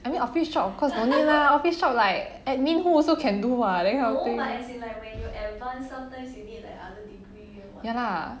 I mean office job of course no need lah office job like admin who also can do [what] that kind of thing ya lah